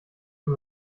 für